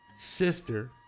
sister